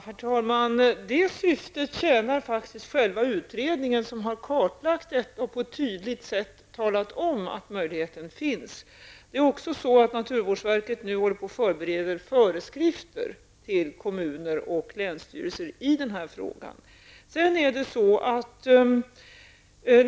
Herr talman! Det syftet tjänar faktiskt själva utredningen, som har kartlagt detta och på ett tydligt sätt talat om att möjligheten finns. Naturvårdsverket håller nu på att förbereda föreskrifter till kommuner och länsstyrelser i denna fråga.